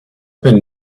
been